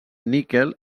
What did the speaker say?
níquel